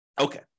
Okay